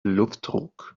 luftdruck